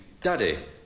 Daddy